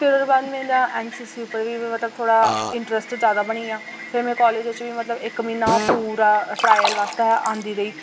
फिर ओह्दे बाद मेरा एन सी सी उप्पर बी मतलब थोह्डा इंटरस्ट जादा बनी आ फिर में कॉलेज बिच बी मतलब इक म्हीना पूरा ट्रॉयल आस्तै आंदी रेही